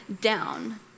down